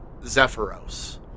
Zephyros